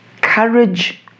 Courage